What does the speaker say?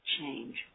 change